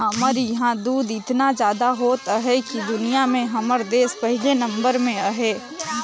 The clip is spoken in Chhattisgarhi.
हमर इहां दूद एतना जादा होवत अहे कि दुनिया में हमर देस पहिले नंबर में अहे